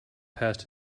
past